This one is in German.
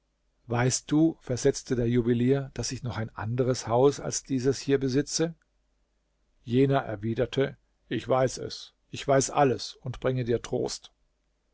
weißt du versetzte der juwelier daß ich noch ein anderes haus als dieses hier besitze jener erwiderte ich weiß es ich weiß alles und bringe dir trost